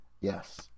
Yes